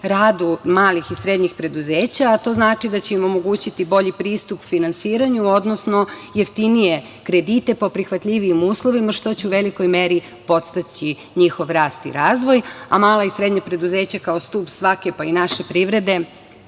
radu malih i srednjih preduzeća, a to znači da će im omogućiti bolji pristup finansiranju, odnosno jeftinije kredite po prihvatljivijim uslovima, što će u velikoj meri podstaći njihov rast i razvoj, a mala i srednja preduzeća kao stub svake, pa i naše privrede